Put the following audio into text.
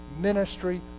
ministry